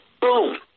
boom